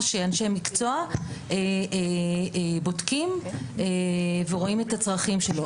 שאנשי המקצוע בודקים ורואים את הצרכים שלו.